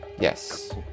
yes